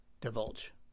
divulge